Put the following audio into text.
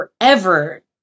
forever